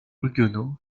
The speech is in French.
huguenots